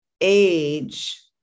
age